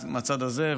מהצד הזה,